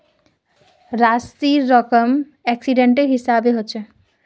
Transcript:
राशिर रकम एक्सीडेंटेर हिसाबे हछेक